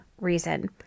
reason